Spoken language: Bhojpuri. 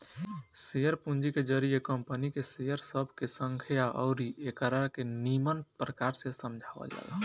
शेयर पूंजी के जरिए कंपनी के शेयर सब के संख्या अउरी एकरा के निमन प्रकार से समझावल जाला